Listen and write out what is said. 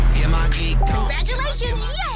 Congratulations